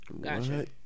Gotcha